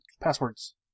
passwords